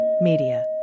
Media